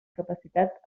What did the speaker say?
capacitat